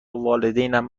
والدینم